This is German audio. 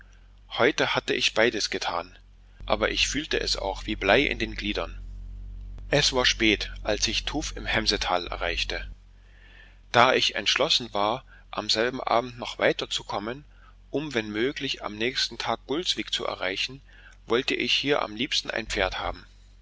heute hatte ich beides getan aber ich fühlte es auch wie blei in den gliedern es war spät als ich tuf im hemsetal erreichte da ich entschlossen war am selben abend noch weiterzukommen um wenn möglich am nächsten tag gulsvik zu erreichen wollte ich hier am liebsten ein pferd haben